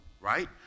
right